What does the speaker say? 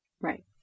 Right